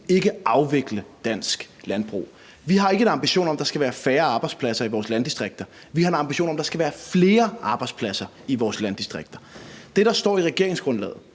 ikke afvikle dansk landbrug. Vi har ikke en ambition om, at der skal være færre arbejdspladser i vores landdistrikter; vi har en ambition om, at der skal være flere arbejdspladser i vores landdistrikter. Det, der står i regeringsgrundlaget,